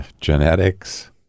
genetics